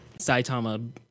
saitama